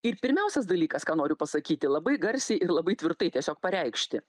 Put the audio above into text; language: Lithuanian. ir pirmiausias dalykas ką noriu pasakyti labai garsiai ir labai tvirtai tiesiog pareikšti